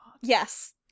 Yes